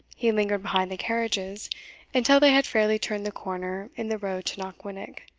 he lingered behind the carriages until they had fairly turned the corner in the road knockwinnock,